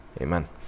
Amen